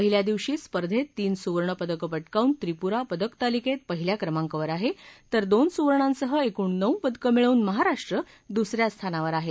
पहिल्या दिवशी स्पर्धेत तीन सुवर्णपदकं पटकावून त्रिपुरा पदकतालिकेत पहिल्या क्रमांकावर आहे तर दोन सुवर्णांसह एकूण नऊ पदकं मिळवून महाराष्ट्र दुसऱ्या स्थानावर आहे